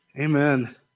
Amen